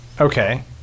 Okay